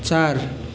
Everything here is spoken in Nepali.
चार